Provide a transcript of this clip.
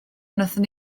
wnaethon